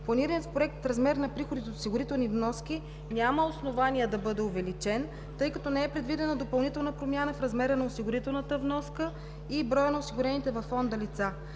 планирания проект размерът на приходите от осигурителни вноски няма основание да бъде увеличен, тъй като не е предвидена допълнителна промяна в размера на осигурителната вноска и броя на осигурените във фонда лица.